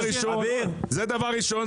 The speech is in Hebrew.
זה דבר ראשון.